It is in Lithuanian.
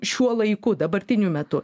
šiuo laiku dabartiniu metu